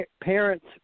parents